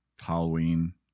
Halloween